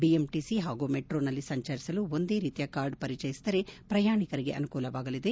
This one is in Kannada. ಬಿಎಂಟಿಸಿ ಹಾಗೂ ಮೆಟ್ರೋದಲ್ಲಿ ಸಂಚರಿಸಲು ಒಂದೇ ಕಾರ್ಡ್ ಪರಿಚಯಿಸಿದರೆ ಪ್ರಯಾಣಿಕರಿಗೆ ಅನುಕೂಲವಾಗಲಿದೆ